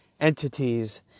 entities